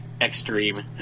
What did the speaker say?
Extreme